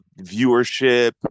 viewership